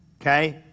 okay